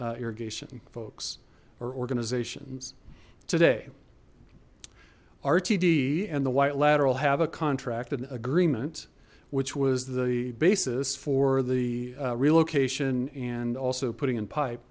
irrigation folks or organizations today rtd and the white lateral have a contract an agreement which was the basis for the relocation and also putting in pipe